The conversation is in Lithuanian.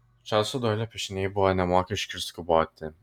čarlzo doilio piešiniai buvo nemokšiški ir skuboti